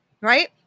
right